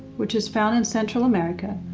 which is found in central america,